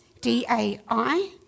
D-A-I